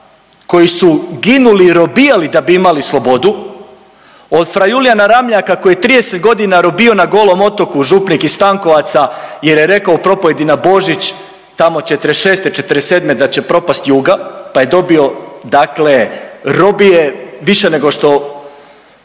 koji su ginuli i robijali da bi imali slobodu, od Fra Julijana Ramljaka koji je 30.g. robijao na Golom otoku, župnik iz Stankovaca jer je rekao u propovijedi na Božić tamo '46.-'47. da će propast Juga, pa je dobio dakle robije više nego što